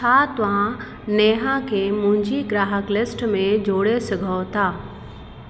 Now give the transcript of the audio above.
छा तव्हां नेहा खे मुंहिंजी ग्राहक लिस्ट में जोड़े सघो था